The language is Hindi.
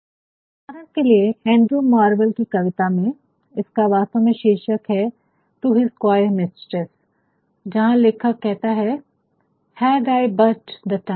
उदाहरण के लिए एंड्रू मार्वेल की एक कविता में इसका वास्तव में शीर्षक है टू हिज़ कॉय मिस्ट्रेस जहां लेखक कहता है had I but the time